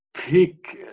Pick